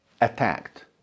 attacked